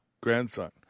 grandson